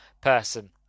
person